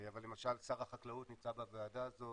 למשל שר החקלאות נמצא בוועדה הזו,